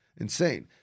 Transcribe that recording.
Insane